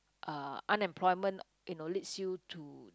uh unemployment you know leads you to